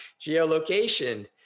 geolocation